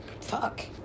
Fuck